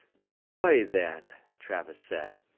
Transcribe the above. joy then, travis said.